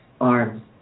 arms